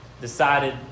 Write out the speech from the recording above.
decided